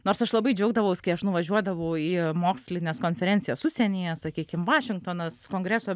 nors aš labai džiaugdavaus kai aš nuvažiuodavau į mokslines konferencijas užsienyje sakykim vašingtonas kongreso